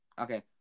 Okay